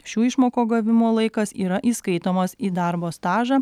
šių išmokų gavimo laikas yra įskaitomas į darbo stažą